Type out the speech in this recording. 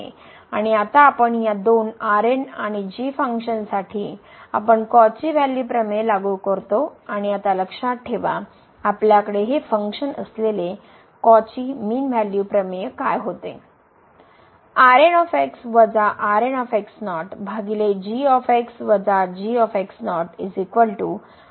आणि आता आपण या दोन आणि g फंक्शन्ससाठी आपण कॉची व्हेल्यू प्रमेय लागू करतो आणि आता लक्षात ठेवा आपल्याकडे हे फंक्शन असलेले कॉची मीन व्हॅल्यू प्रमेय काय होते